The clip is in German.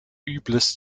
übles